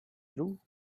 through